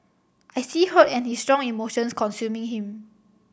I see hurt and his strong emotions consuming him